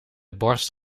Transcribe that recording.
borst